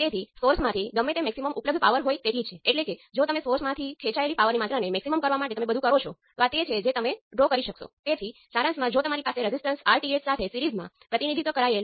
તેથી h22 પાસે કંડક્ટન્સના ડાઈમેન્સન છે